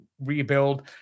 rebuild